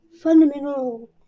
fundamental